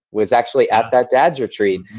was actually at that dad's retreat.